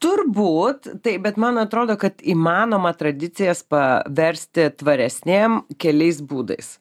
turbūt taip bet man atrodo kad įmanoma tradicijas paversti tvaresnėm keliais būdais